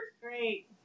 Great